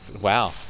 Wow